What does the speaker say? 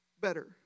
better